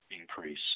increase